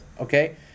okay